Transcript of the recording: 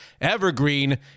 Evergreen